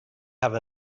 have